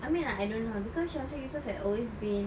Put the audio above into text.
I mean lah I don't know cause Syamsul Yusof has always been